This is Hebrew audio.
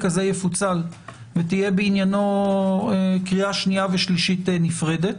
הזה יפוצל ותהיה בעניינו קריאה שנייה ושלישית נפרדת